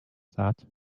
that